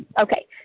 okay